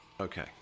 okay